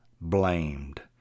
blamed